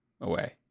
away